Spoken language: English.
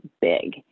big